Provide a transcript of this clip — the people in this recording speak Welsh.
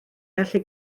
gallu